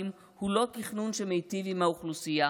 הוא לא תכנון שמיטיב עם האוכלוסייה.